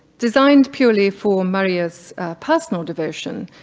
designed purely for maria's personal devotion,